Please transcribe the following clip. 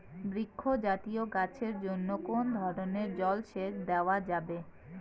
বৃক্ষ জাতীয় গাছের জন্য কোন ধরণের জল সেচ দেওয়া যাবে?